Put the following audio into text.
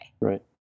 Right